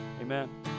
amen